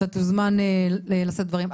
אתה תוזמן לשאת דברים.